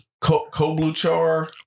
Kobluchar